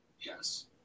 Yes